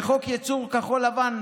וחוק ייצור כחול לבן,